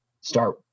start